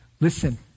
Listen